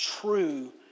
true